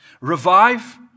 revive